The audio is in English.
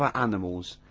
what animals.